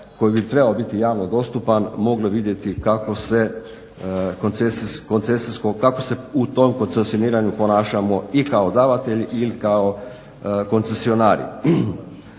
koji bi trebao biti javno dostupan moglo vidjeti kako se u tom koncesioniranju ponašamo i kao davatelj i kao koncesionari.